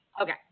Okay